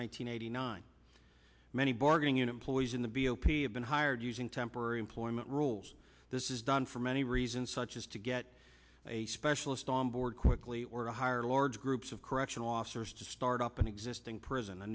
hundred ninety many bargaining employees in the b o p s been hired using temporary employment rules this is done for many reasons such as to get a specialist on board quickly or to hire large groups of correctional officers to start up an existing prison a